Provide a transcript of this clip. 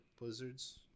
Blizzards